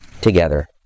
together